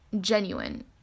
genuine